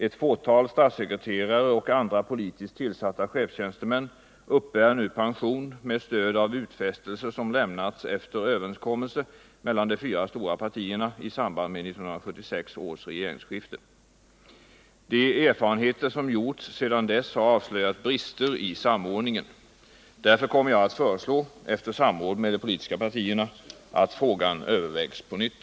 Ett fåtal statssekreterare och andra politiskt tillsatta chefstjänstemän uppbär nu pension med stöd av utfästelser som lämnats efter överenskommelse mellan de fyra stora partierna 181 De erfarenheter som gjorts sedan dess har avslöjat brister i samordningen. Därför kommer jag att föreslå, efter samråd med de politiska partierna, att frågan övervägs på nytt.